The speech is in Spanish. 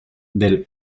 del